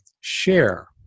share